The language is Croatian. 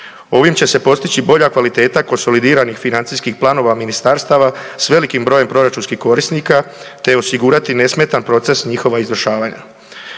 Ovim će se postići bolja kvaliteta konsolidiranih financijskih planova ministarstava s velikim brojem proračunskih korisnika, te osigurati nesmetan proces njihova izvršavanja.